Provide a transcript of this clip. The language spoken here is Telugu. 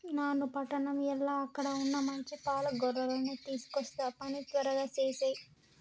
నాను పట్టణం ఎల్ల అక్కడ వున్న మంచి పాల గొర్రెలను తీసుకొస్తా పని త్వరగా సేసేయి